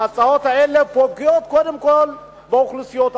ההצעות האלה פוגעות קודם כול באוכלוסיות החלשות.